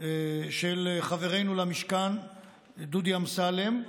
של חברנו למשכן דודי אמסלם: